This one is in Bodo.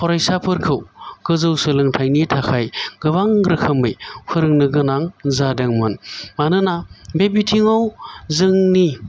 फरायसाफोरखौ गोजौ सोलोंथाइनि थाखाय गोबां रोखोमै फोरोंनो गोनां जादोंमोन मानोना बिथिङाव जोंनि